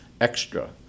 extra